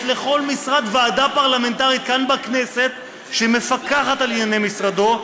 יש לכל משרד ועדה פרלמנטרית כאן בכנסת שמפקחת על ענייני משרדו,